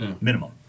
minimum